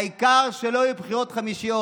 העיקר שלא יהיו בחירות חמישיות.